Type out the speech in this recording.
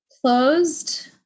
closed